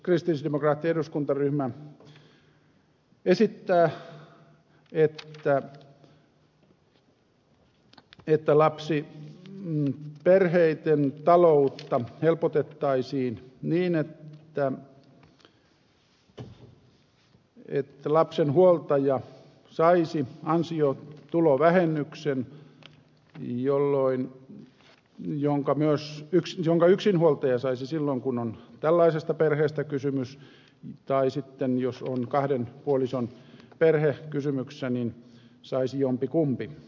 kristillisdemokraattinen eduskuntaryhmä esittää että lapsi ja perheitten talous on lapsiperheiden taloutta helpotettaisiin niin että lapsen huoltaja saisi ansiotulovähennyksen jolloin nyt jonka myös yks jonka yksinhuoltaja saisi silloin kun on tällaisesta perheestä kysymys tai sitten jos on kahden puolison perhe kysymyksessä niin saisi jompikumpi